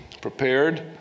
prepared